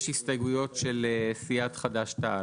יש הסתייגויות של סיעת חד"ש תע"ל.